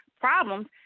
problems